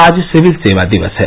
आज सिविल सेवा दिवस है